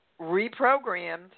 reprogrammed